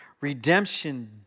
redemption